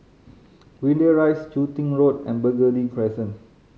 Greendale Rise Chun Tin Road and Burgundy Crescent